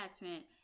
attachment